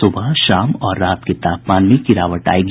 सुबह शाम और रात के तापमान में गिरावट आयेगी